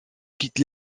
quitte